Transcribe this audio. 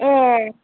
ए